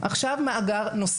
ועכשיו על זה נו סף מאגר נוסף.